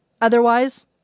Otherwise